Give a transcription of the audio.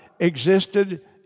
existed